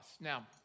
Now